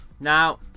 Now